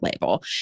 label